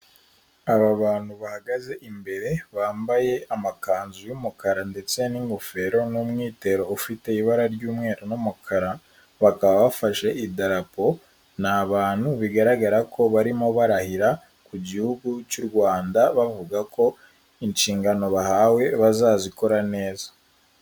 Aba bantu bahagaze imbere, bambaye amakanzu y'umukara ndetse n'ingofero n'umwitero ufite ibara ry'umweru n'umukara, bakaba bafashe idarapo, ni abantu bigaragara ko barimo barahira ku gihugu cy'u Rwanda, bavuga ko inshingano bahawe bazazikora neza.